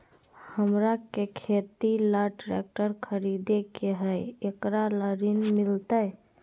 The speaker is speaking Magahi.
हमरा के खेती ला ट्रैक्टर खरीदे के हई, एकरा ला ऋण मिलतई?